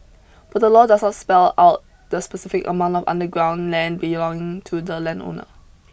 but the law does not spell out the specific amount of underground land belonging to the landowner